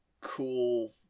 cool